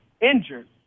injured